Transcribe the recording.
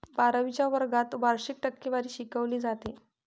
बारावीच्या वर्गात वार्षिक टक्केवारी शिकवली जाते